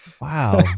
Wow